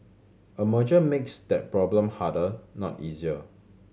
a merger makes that problem harder not easier